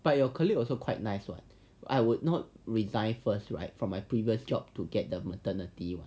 but your colleague also quite nice [what] I would not resign first right from my previous job to get the maternity [one]